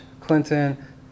Clinton